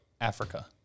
Africa